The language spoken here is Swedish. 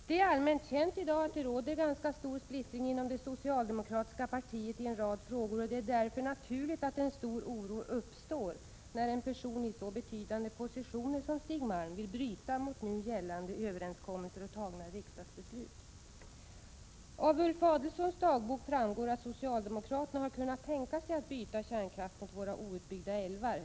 Det är allmänt känt i dag att det råder ganska stor splittring inom det socialdemokratiska partiet i en rad frågor, och det är därför naturligt att en stor oro uppstår när en person i så betydande posititioner som Stig Malm vill bryta mot nu gällande överenskommelser och tagna riksdagsbeslut. Av Ulf Adelsohns dagbok framgår att socialdemokraterna har kunnat tänka sig att byta kärnkraft mot våra outbyggda älvar.